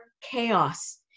chaos